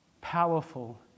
powerful